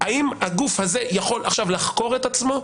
האם הגוף הזה יכול עכשיו לחקור את עצמו?